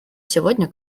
сегодня